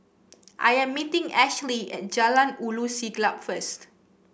I am meeting Ashley at Jalan Ulu Siglap first